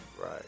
Right